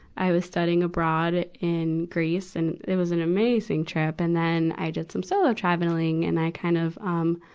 i was studying abroad in greece. and it was an amazing trip. and then, i did some solo traveling. and i kind of, um,